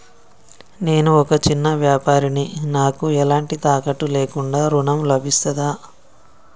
నేను ఒక చిన్న వ్యాపారిని నాకు ఎలాంటి తాకట్టు లేకుండా ఋణం లభిస్తదా?